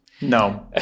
No